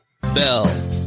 Bell